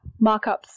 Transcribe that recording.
markups